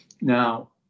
now